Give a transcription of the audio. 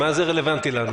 מה זה רלוונטי לנו.